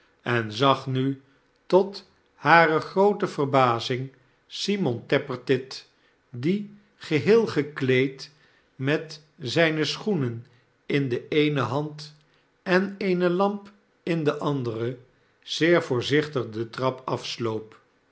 en zag nu n tot hare groote verbazing simon tappertit die geheel gekleed met zijne schoenen in de eene hand en eene lamp in de andere zeer voorzichtig de trap afsloop